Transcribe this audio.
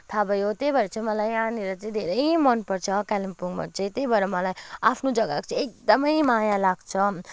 थाह भयो त्यही भएर चाहिँ मलाई यहाँनिर चाहिँ धेरै मन पर्छ कालिम्पोङ चाहिँ त्यही भएर चाहिँ मलाई आफ्नो जग्गाको चाहिँ एकदमै माया लाग्छ